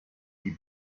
die